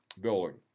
building